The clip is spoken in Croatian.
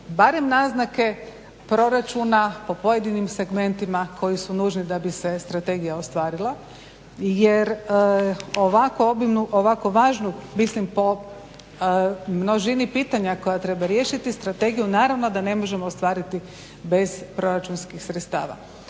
barem naznake proračuna o pojedinim segmentima koji su nužni da bi se strategija ostvarila jer ovako obilnu, ovako važnu mislim po množini pitanja koja treba riješiti, strategiju naravno da ne možemo ostvariti bez proračunskih sredstava.